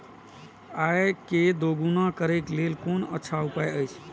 आय के दोगुणा करे के लेल कोन अच्छा उपाय अछि?